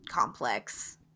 complex